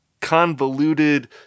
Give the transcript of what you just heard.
convoluted